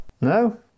No